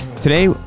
Today